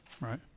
Right